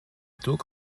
duke